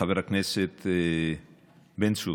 חבר הכנסת בן צור,